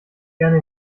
gerne